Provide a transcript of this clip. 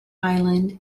island